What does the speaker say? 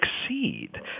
succeed